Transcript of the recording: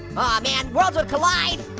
oh man, worlds would collide.